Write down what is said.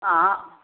आहाँ